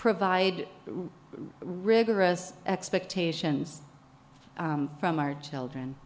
provide rigorous expectations from our children